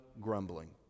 grumbling